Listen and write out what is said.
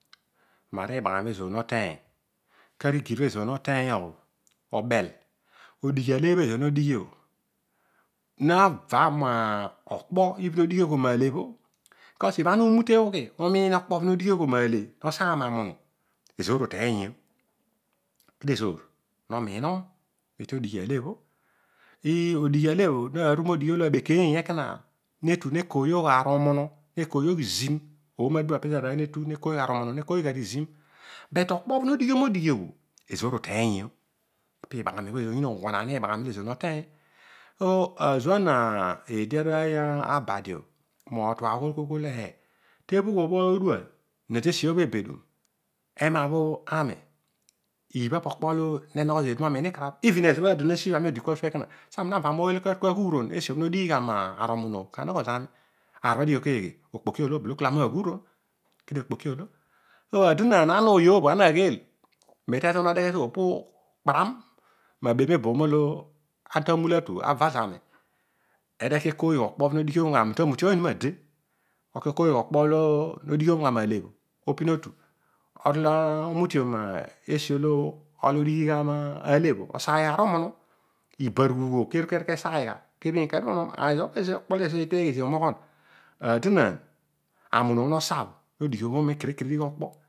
Mon iibagh ami olo ezor nothiy tarigir ibha ezor noteiy o. obeh odighi ole bho ezor no dighi o nova mo kpo lo to dighio ghom alo bho because ibha ana umute ughi umiin okpo olo no dighi oghom ale. ezor uteiyio. kedis ezor no miinom todighi alebho ii odighi ale bho. ii odighi alebho nanu modighi olo abekeiy netu ne koiyogh arumunu. ne koiyogh arizim. But okpo bho no ghiom odighi bho ezor uteiyio. opo onon iibagh ami lo ezor no teiy so aazuah zechi aroiy abadi o mo tua oghol teebhugh obho odual. tobedum iibha pokpo lo negho zeedi mo miin iilarabh even ezobho aadom ami odi kua suobho ekana saani na na moiy lo karu kaghuuron esilo nodighi gha ma rumunu o kanogho zami. Aar obho adighi o keedhe. okpo ki oolo. kol ami na ghuuron. so aadon aan ana oiy obho. ana gheel kparam abel meboom oho ana ta mula atu awa zami then eki ekoiy gha mo kpo bho no dighiom gha male bho ami ta mutiom ni maade lo okoyogh okpo bho no dighiom gha ma ale bho opin otu lo omutiom esi olo odighi alebhol orol aseiy gha arumunu. ibaru ghuugh keru kesaiyogh kebirogh adonran. amunu o no sabho. no dighioghom akene kere okpo